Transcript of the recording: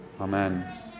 Amen